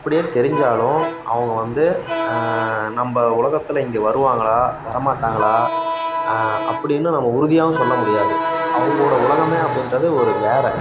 அப்படியே தெரிஞ்சாலும் அவங்க வந்து நம்ம உலகத்தில் இங்கே வருவாங்களா வரமாட்டாங்களா அப்படின்னு நம்ம உறுதியாகவும் சொல்ல முடியாது அவங்களோட உலகமே அப்படின்றது ஒரு வேறே